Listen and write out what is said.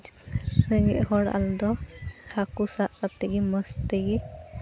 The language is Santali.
ᱨᱮᱸᱜᱮᱡ ᱦᱚᱲ ᱟᱞᱮ ᱫᱚ ᱦᱟᱹᱠᱩ ᱥᱟᱵ ᱠᱟᱛᱮᱫ ᱜᱮ ᱢᱚᱡᱽ ᱛᱮᱜᱮ